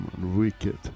Wicked